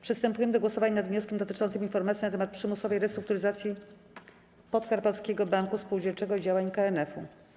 Przystępujemy do głosowania nad wnioskiem dotyczącym informacji na temat przymusowej restrukturyzacji Podkarpackiego Banku Spółdzielczego i działań KNF.